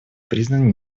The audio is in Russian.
признаны